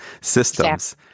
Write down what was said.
systems